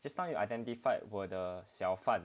just now you are identified were the 小贩